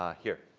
um here?